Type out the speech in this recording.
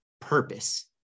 purpose